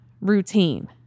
routine